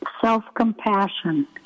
Self-compassion